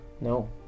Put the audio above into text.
No